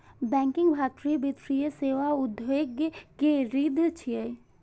banking भारतीय वित्तीय सेवा उद्योग के रीढ़ छियै